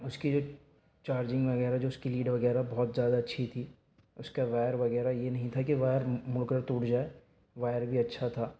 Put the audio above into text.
اس کی جو چارجنگ وغیرہ جو اس کی لیڈ وغیرہ بہت زیادہ اچھی تھی اس کا وائر وغیرہ یہ نہیں تھا کہ وائر مڑ کر ٹوٹ جائے وائر بھی اچھا تھا